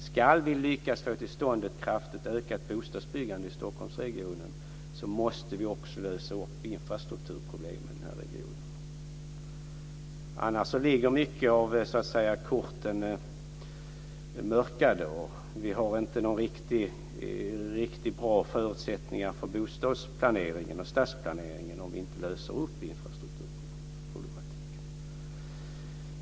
Ska vi lyckas få till stånd ett kraftigt ökat bostadsbyggande i Stockholmsregionen måste vi också lösa infrastrukturproblemen i denna region. Om vi inte gör det ligger många av korten mörkade och vi står utan riktigt bra förutsättningar för bostadsplanering och stadsplanering.